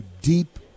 deep